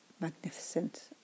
magnificent